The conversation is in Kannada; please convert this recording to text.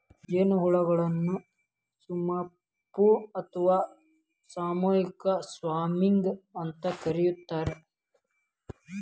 ಜೇನುಹುಳಗಳ ಸುಮಪು ಅತ್ವಾ ಸಮೂಹಕ್ಕ ಸ್ವಾರ್ಮಿಂಗ್ ಅಂತ ಕರೇತಾರ